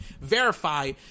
verify